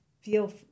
feel